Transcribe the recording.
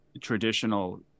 traditional